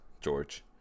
George